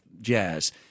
jazz—